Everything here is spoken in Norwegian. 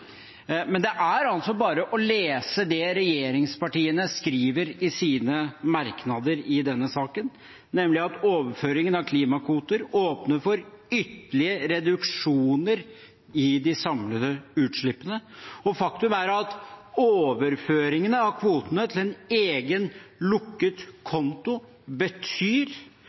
Men det er bare å lese det regjeringspartiene skriver i sine merknader i denne saken, nemlig at overføringen av klimakvoter åpner for ytterligere reduksjoner i de samlede utslippene. Faktum er at overføringen av kvotene til en egen lukket konto betyr